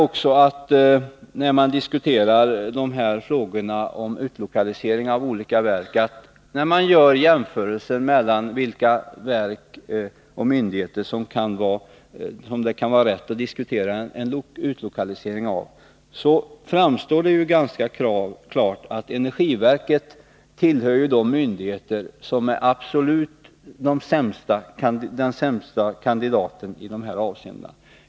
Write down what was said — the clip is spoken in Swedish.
När man diskuterar utlokalisering av olika verk och gör jämförelser mellan verk och myndigheter som det kan vara lämpligt att utlokalisera, så framstår det som ganska klart att energiverket tillhör de myndigheter som ligger absolut sämst till i dessa avseenden.